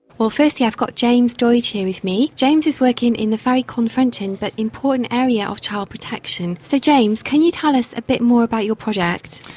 firstly i've got james doidge here with me. james is working in the very confronting but important area of child protection. so james, can you tell us a bit more about your project?